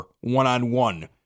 one-on-one